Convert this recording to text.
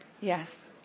yes